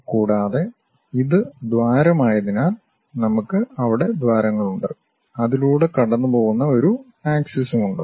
കൂടാതെ ഇത് ദ്വാരമായതിനാൽ നമുക്ക് അവിടെ ദ്വാരങ്ങൾ ഉണ്ട് അതിലൂടെ കടന്നുപോകുന്ന ഒരു ആക്സിസും ഉണ്ട്